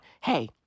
hey